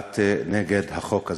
את נגד החוק הזה.